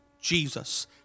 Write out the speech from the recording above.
Jesus